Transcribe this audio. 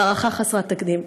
בהערכה חסרת תקדים.